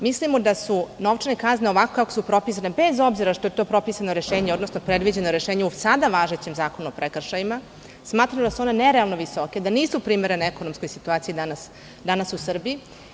Mislimo da su novčane kazne ovako kako su propisane, bez obzira što je to propisano rešenje, odnosno predviđeno rešenje u sada važećem Zakonu o prekršajima, smatramo da su one nerealno visoke, da nisu primerene ekonomskoj situaciji danas u Srbiji.